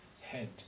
head